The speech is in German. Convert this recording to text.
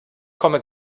komme